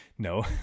No